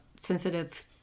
sensitive